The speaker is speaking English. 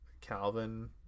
Calvin